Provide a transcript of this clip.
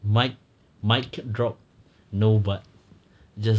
mic mic keep drop no but just